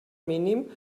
mínim